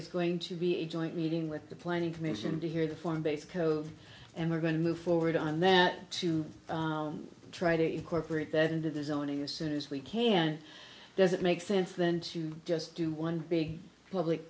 is going to be a joint meeting with the planning commission to hear the foreign based code and we're going to move forward on that to try to incorporate that into the zoning as soon as we can does it make sense than to just do one big public